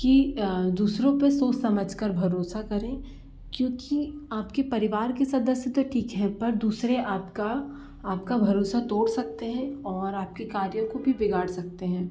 कि दूसरों पे सोच समझ कर भरोसा करें क्योंकि आपके परिवार के सदस्य तो ठीक हैं पर दूसरे आपका आपका भरोसा तोड़ सकते हैं और आपके कार्य को भी बिगाड़ सकते हैं